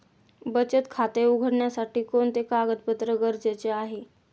बचत खाते उघडण्यासाठी कोणते कागदपत्रे गरजेचे आहे?